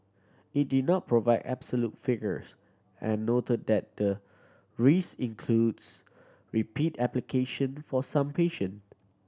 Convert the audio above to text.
it did not provide absolute figures and noted that the rise includes repeat application for some patient